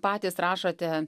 patys rašote